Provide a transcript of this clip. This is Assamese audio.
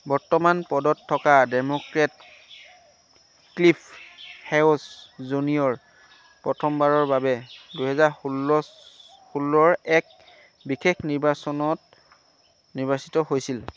বৰ্তমান পদত থকা ডেম'ক্ৰেট ক্লিফ হেয়ছ জুনিয়ৰ প্ৰথমবাৰৰ বাবে দুহেজাৰ ষোল্লছ ষোল্লৰ এক বিশেষ নিৰ্বাচনত নিৰ্বাচিত হৈছিল